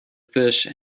fish